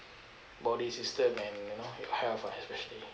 body system and you know your health ah especially